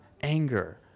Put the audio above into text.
anger